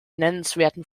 nennenswerten